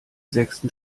sechsten